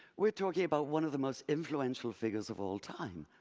we're talking about one of the most influential figures of all time!